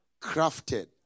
Crafted